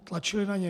Tlačili na ně.